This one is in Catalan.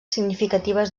significatives